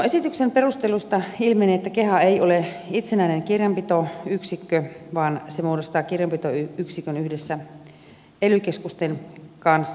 esityksen perusteluista ilmenee että keha ei ole itsenäinen kirjanpitoyksikkö vaan se muodostaa kirjanpitoyksikön yhdessä ely keskusten kanssa